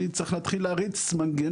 אני צריך להתחיל להריץ מנגנון